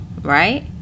right